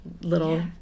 little